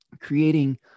creating